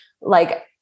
like-